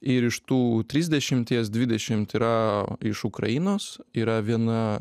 ir iš tų trisdešimties dvidešimt yra iš ukrainos yra viena